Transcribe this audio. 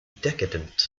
decadent